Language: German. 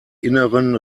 inneren